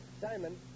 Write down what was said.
Simon